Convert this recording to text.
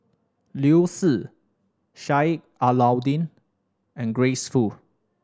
Liu Si Sheik Alau'ddin and Grace Fu